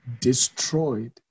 destroyed